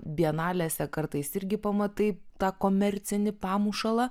bienalėse kartais irgi pamatai tą komercinį pamušalą